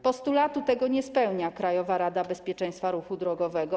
Postulatu tego nie spełnia Krajowa Rada Bezpieczeństwa Ruchu Drogowego.